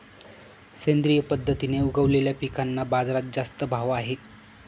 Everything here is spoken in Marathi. सेंद्रिय पद्धतीने उगवलेल्या पिकांना बाजारात जास्त भाव आहे